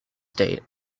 state